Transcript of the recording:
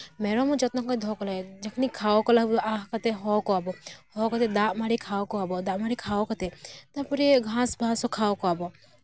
ᱢᱮᱨᱚᱢ ᱦᱚᱸ ᱡᱚᱛᱱᱚ ᱠᱟᱛᱮᱜ ᱫᱚᱦᱚ ᱠᱚ ᱦᱩᱭᱩᱜᱼᱟ ᱡᱚᱠᱷᱱᱤ ᱠᱷᱟᱣᱟᱣ ᱠᱚᱣᱟᱵᱚᱱ ᱟ ᱟ ᱠᱟᱛᱮᱜ ᱦᱚᱦᱚ ᱠᱚᱣᱟᱵᱚᱱ ᱦᱚᱦᱚ ᱠᱟᱛᱮᱜ ᱫᱟᱜ ᱢᱟᱹᱲᱤ ᱠᱷᱟᱣᱟᱣ ᱠᱚᱣᱟᱵᱚᱱ ᱫᱟᱜ ᱢᱟᱹᱲᱤ ᱠᱷᱟᱣᱟᱣ ᱠᱟᱛᱮᱜ ᱛᱟᱨᱯᱚᱨᱮ ᱜᱷᱟᱥ ᱯᱷᱟᱸᱥ ᱦᱚᱸ ᱠᱷᱟᱣᱟᱣ ᱠᱚᱣᱟᱵᱚᱱ